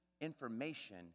information